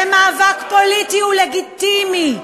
ומאבק פוליטי הוא לגיטימי,